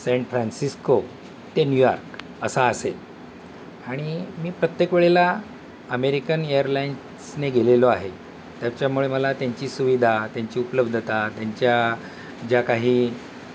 San Francisco ते New York असा असेल आणि मी प्रत्येक वेळेला अमेरिकन एअरलाईन्सने गेलेलो आहे त्याच्यामुळे मला त्यांची सुविधा त्यांची उपलब्धता त्यांच्या ज्या काही